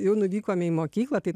jau nuvykome į mokyklą tai